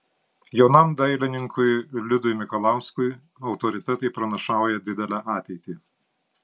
jaunam dainininkui liudui mikalauskui autoritetai pranašauja didelę ateitį